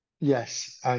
Yes